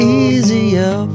easier